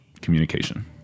communication